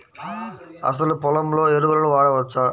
అసలు పొలంలో ఎరువులను వాడవచ్చా?